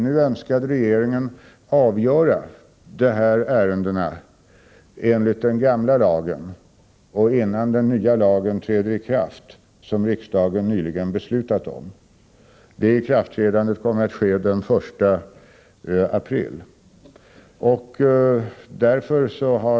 Nu önskade regeringen avgöra de här aktuella ärendena enligt den gamla lagen, innan den nya lagen, som riksdagen nyligen beslutat om, träder i kraft. Det ikraftträdandet kommer att ske den 1 april.